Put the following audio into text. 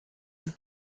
ein